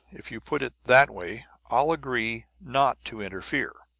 if you put it that way i'll agree not to interfere.